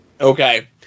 Okay